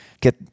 get